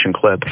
clip